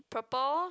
purple